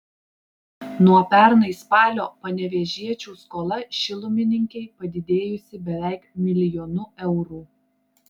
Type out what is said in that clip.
nuo pernai spalio panevėžiečių skola šilumininkei padidėjusi beveik milijonu eurų